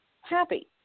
happy